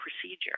procedure